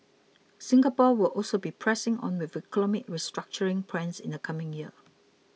Singapore will also be pressing on with economic restructuring plans in the coming year